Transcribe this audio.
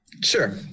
Sure